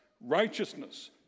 righteousness